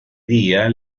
día